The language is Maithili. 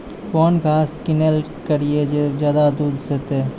कौन घास किनैल करिए ज मे ज्यादा दूध सेते?